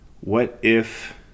what-if